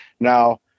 Now